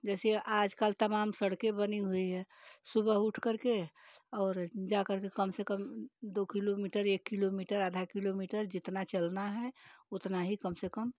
जैसे आजकल तमाम सड़कें बनी हुई हैं सुबह उठकर के और जाकर के कम से कम दो किलोमीटर एक किलोमीटर आधा किलोमीटर जितना चलना है उतना ही कम से कम